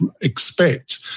expect